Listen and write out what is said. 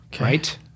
Right